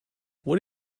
what